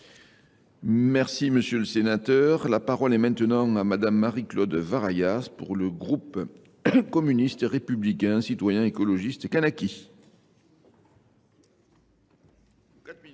monsieur le sénateur. La parole est maintenant à madame Marie-Claude Varayas pour le groupe communiste républicain citoyen écologiste Canachy.